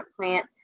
plant